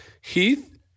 Heath